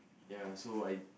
ya so I